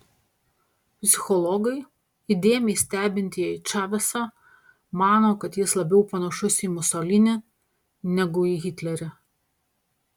psichologai įdėmiai stebintieji čavesą mano kad jis labiau panašus į musolinį negu į hitlerį